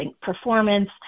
performance